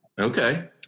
Okay